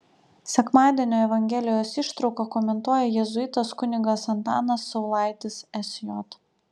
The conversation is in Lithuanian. sekmadienio evangelijos ištrauką komentuoja jėzuitas kunigas antanas saulaitis sj